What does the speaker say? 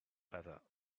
better